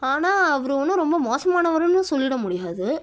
ஆனால் அவர் ஒன்றும் மோசமானவரென்னு சொல்லிட முடியாது